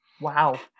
Wow